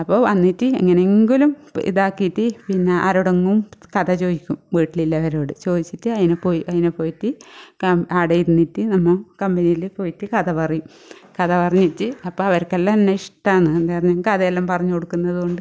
അപ്പോൾ വന്നിട്ട് എങ്ങനെ എങ്കിലും ഇതാക്കിയിട്ട് പിന്നെ ആരോടെങ്കിലും കഥ ചോദിക്കും വീട്ടിലുള്ളവരോട് ചോദിച്ചിട്ട് അതിനെ പോയി അതിനെ പോയിട്ട് കം അവിടെ ഇരുന്നിട്ട് നമ്മൾ കമ്പനിയിൽ പോയിട്ട് കഥ പറയും കഥ പറഞ്ഞിട്ട് അപ്പം അവർക്കെല്ലാം എന്നെ ഇഷ്ടമാണ് ന്താ കാരണം ഈ കഥയെല്ലാം പറഞ്ഞ് കൊടുക്കുന്നത് കൊണ്ട്